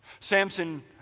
Samson